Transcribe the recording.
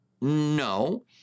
No